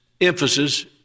emphasis